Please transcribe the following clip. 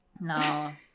no